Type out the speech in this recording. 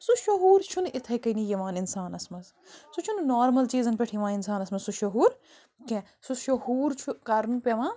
سُہ شعوٗر چھُنہٕ یِتھٔے کٔنی یوان انسانَس منٛز سُہ چھُنہٕ نارمَل چیٖزَن پٮ۪ٹھ یوان أکِس انسانَس منٛز سُہ شعوٗر کیٚنٛہہ سُہ شعوٗر چھُ کرُن پیٚوان